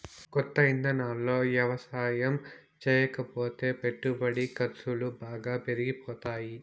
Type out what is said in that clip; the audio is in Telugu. కొత్త ఇదానాల్లో యవసాయం చేయకపోతే పెట్టుబడి ఖర్సులు బాగా పెరిగిపోతాయ్